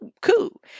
cool